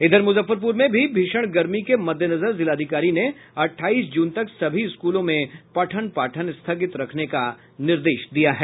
इधर मुजफ्फरपुर में भी भीषण गर्मी के मददेनजर जिलाधिकारी ने अठाईस जून तक सभी स्कूलों में पठ्न पाठन स्थगित रखने का निर्देश दिया है